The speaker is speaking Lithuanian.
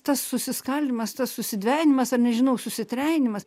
tas susiskaldymas tas susidvejinimas ar nežinau susitrejinimas